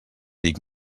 dic